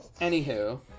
anywho